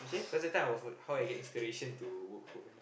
cause that time I was wondering how I get inspiration to work foodpanda